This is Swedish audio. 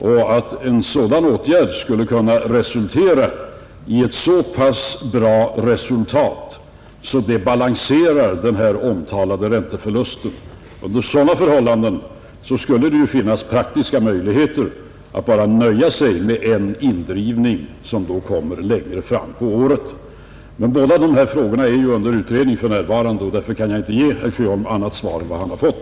Om en sådan åtgärd kunde ge ett så pass bra resultat att det balanserar den omnämnda ränteförlusten skulle det finnas praktiska möjligheter att nöja sig med bara en indrivning som då kommer längre fram på året. Men båda dessa frågor är under utredning för närvarande, och därför kan jag inte ge herr Sjöholm något annat svar än det han har fått.